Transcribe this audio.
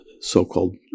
so-called